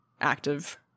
active